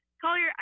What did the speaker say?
Collier